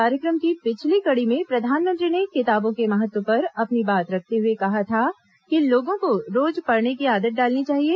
कार्यक्रम की पिछली कड़ी में प्रधानमंत्री ने किताबों के महत्व पर अपनी बात रखते हुए कहा था कि लोगों को रोज पढ़ने की आदत डालनी चाहिए